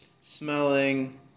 smelling